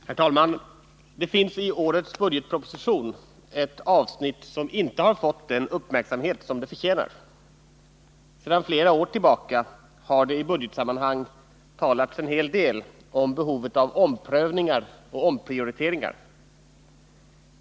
Herr talman! Det finns i årets budgetproposition ett avsnitt som inte har fått den uppmärksamhet som det förtjänar. Sedan flera år tillbaka har det i budgetsammanhang talats en hel del om behovet av omprövningar och omprioriteringar.